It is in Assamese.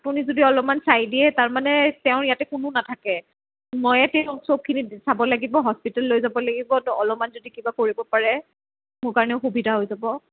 আপুনি যদি অলপমান চাই দিয়ে তাৰমানে তেওঁৰ ইয়াতে কোনো নাথাকে ময়ে তেওঁক চবখিনি চাব লাগিব হস্পিতাল লৈ যাব লাগিব ত অলপমান যদি কিবা কৰিব পাৰে মোৰ কাৰণে সুবিধা হৈ যাব